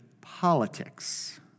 politics